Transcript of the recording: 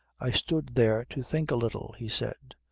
i stood there to think a little, he said.